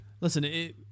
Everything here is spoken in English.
Listen